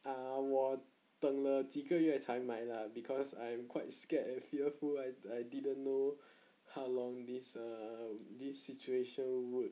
ah 我等了几个月才买 lah because I'm quite scared and fearful I I didn't know how long this um this situation would